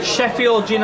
Sheffield